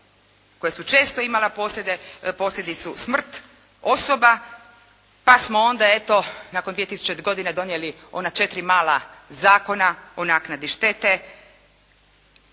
koje su često imale posljedicu smrt osoba pa smo onda eto nakon 2000. godine donijeli ona četiri mala Zakona o naknadi štete